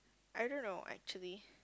I don't know actually